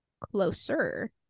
closer